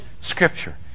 scripture